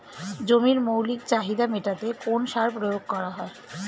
জমির মৌলিক চাহিদা মেটাতে কোন সার প্রয়োগ করা হয়?